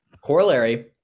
corollary